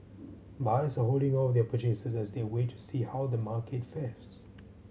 buyers are holding off their purchases as they wait to see how the market fares